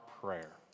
prayer